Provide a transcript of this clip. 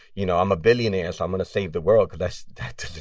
you know, i'm a billionaire so i'm going to save the world because that